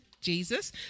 Jesus